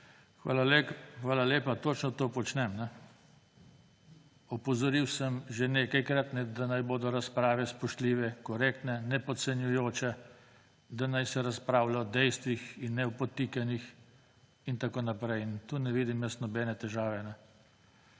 Hvala lepa. Točno to počnem. Opozoril sem že nekajkrat, da naj bodo razprave spoštljive, korektne, ne podcenjujoče, da naj se razpravlja o dejstvih in ne o podtikanjih in tako naprej. In tukaj jaz ne vidim nobene težave.